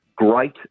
Great